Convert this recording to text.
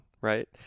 right